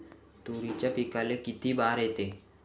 तुरीच्या पिकाले किती बार येते?